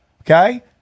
Okay